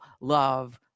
love